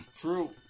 True